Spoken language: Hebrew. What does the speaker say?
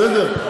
בסדר?